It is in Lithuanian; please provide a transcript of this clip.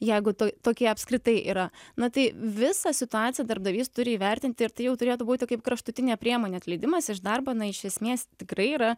jeigu tokie apskritai yra na tai visą situaciją darbdavys turi įvertinti ir tai jau turėtų būti kaip kraštutinė priemonė atleidimas iš darbo na iš esmės tikrai yra